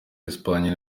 espagne